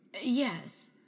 Yes